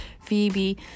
Phoebe